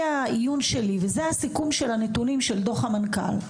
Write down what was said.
העיון שלי- וזה הסיכום של הנתונים של דוח המנכ"ל.